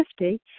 50